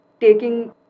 taking